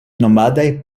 nomadaj